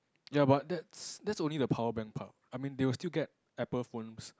ya but that's that's only the power bank part I mean they will still get Apple phones